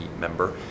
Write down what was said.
member